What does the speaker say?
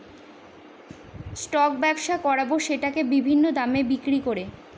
stock ব্যবসা করাবো সেটাকে বিভিন্ন দামে বিক্রি করে